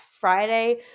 Friday